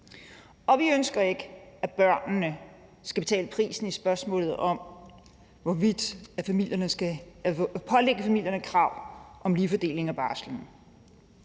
og vi ønsker ikke, at børnene skal betale prisen i spørgsmålet om, hvorvidt vi skal pålægge familierne krav om lige fordeling af barslen.